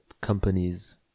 companies